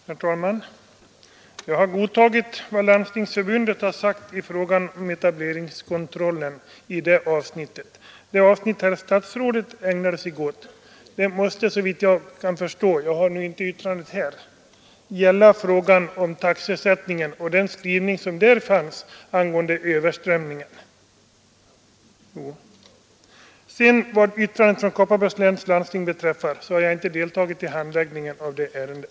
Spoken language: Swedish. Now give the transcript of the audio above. Herr talman! Jag har godtagit vad Landstingsförbundet sagt i fråga om etableringskontrollen. Det avsnitt som herr statsrådet citerade måste såvitt jag förstår — jag har nu inte yttrandet här — gälla frågan om taxesättningen och den skrivning som där fanns angående överströmningen. Vad beträffar yttrandet från Kopparbergs läns landsting, så har jag inte deltagit i handläggningen av det ärendet.